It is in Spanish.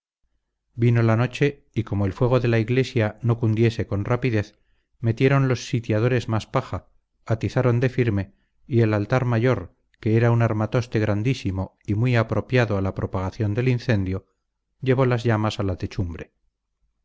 vino la noche y como el fuego de la iglesia no cundiese con rapidez metieron los sitiadores más paja atizaron de firme y el altar mayor que era un armatoste grandísimo y muy apropiado a la propagación del incendio llevó las llamas a la techumbre